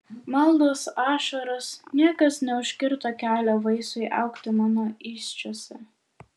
maldos ašaros niekas neužkirto kelio vaisiui augti mano įsčiose